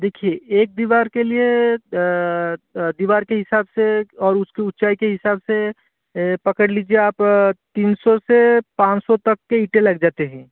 देखिए एक दीवार के लिए दीवार के हिसाब से और उसकी ऊँचाई के हिसाब से पकड़ लीजिए आप तीन सौ से पाँच सौ तक के ईंटे लग जाते हैं